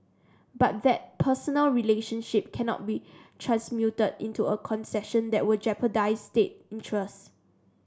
but that personal relationship cannot be transmuted into a concession that will jeopardise state interests